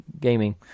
gaming